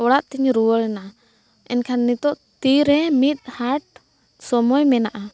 ᱚᱲᱟᱜ ᱛᱤᱧ ᱨᱩᱣᱟᱹᱲᱮᱱᱟ ᱮᱱᱠᱷᱟᱱ ᱱᱤᱛᱳᱜ ᱛᱤᱨᱮ ᱢᱤᱫ ᱦᱟᱴ ᱥᱚᱢᱚᱭ ᱢᱮᱱᱟᱜᱼᱟ